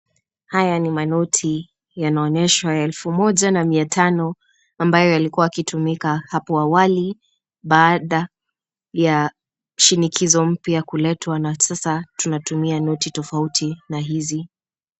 Haya ni manoti. Yanaonyeshwa elfu moja na mia tano ambayo yalikuwa yakitumika hapo awali baada ya shinikizo mpya kuletwa na sasa tunatumia noti tofauti na hizi.